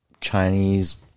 Chinese